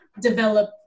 develop